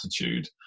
attitude